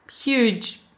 huge